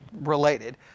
related